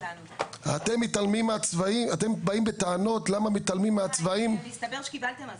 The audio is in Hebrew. אתם באים בטענות למה מתעלמים מהצבאים --- מסתבר שקיבלתם הזמנה.